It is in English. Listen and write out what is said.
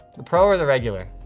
the pro or the regular?